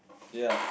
ya